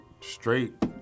straight